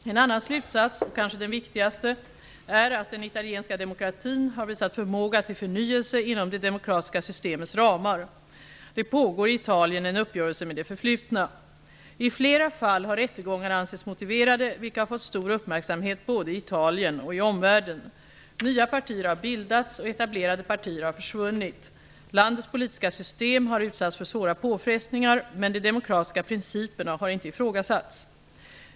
En annan slutsats, och kanske den viktigaste, är att den italienska demokratin har visat förmåga till förnyelse inom det demokratiska systemets ramar. Det pågår i Italien en uppgörelse med det förflutna. I flera fall har rättegångar ansetts motiverade, vilket har fått stor uppmärksamhet både i Italien och i omvärlden. Nya partier har bildats, och etablerade partier har försvunnit. Landets politiska system har utsatts för stora påfrestningar, men de demokratiska principerna har inte ifrågasatts.